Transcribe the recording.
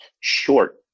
short